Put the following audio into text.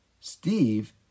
Steve